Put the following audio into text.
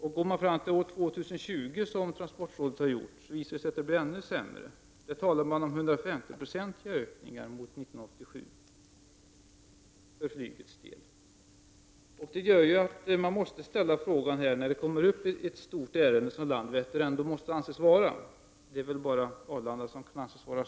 Om man går fram till år 2020, vilket transportrådet gjort, visar det sig att det blir ännu sämre. För den tiden talar man om ökningar för flygets del på 150 90 jämfört med 1987. Det är bara Arlanda med dess tredje bana som är större än Landvetter.